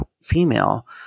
female